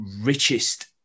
richest